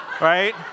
Right